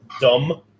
dumb